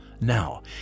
now